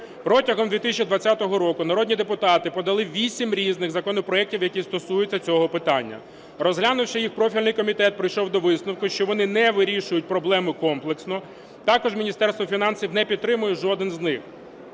Протягом 2020 року народні депутати подали вісім різних законопроектів, які стосуються цього питання. Розглянувши їх, профільний комітет прийшов до висновку, що вони не вирішують проблему комплексно. Також Міністерство фінансів не підтримує жоден з них.